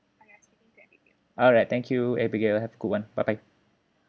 alright thank you abigail have a good one bye bye